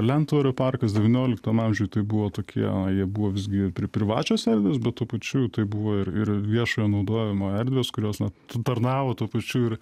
lentvario parkas devynioliktam amžiuj tai buvo tokie jie buvo visgi pri privačios erdvės bet tuo pačiu tai buvo ir ir viešojo naudojimo erdvės kurios na tarnavo tuo pačiu ir